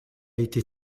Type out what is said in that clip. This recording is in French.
été